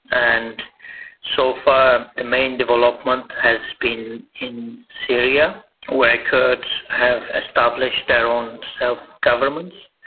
and so far the main development has been in syria where kurds have established their own self-governments.